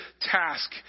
task